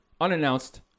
Unannounced